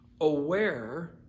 aware